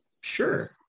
Sure